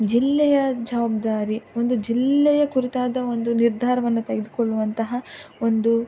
ಜಿಲ್ಲೆಯ ಜವಾಬ್ದಾರಿ ಒಂದು ಜಿಲ್ಲೆಯ ಕುರಿತಾದ ಒಂದು ನಿರ್ಧಾರವನ್ನು ತೆಗೆದುಕೊಳ್ಳುವಂತಹ ಒಂದು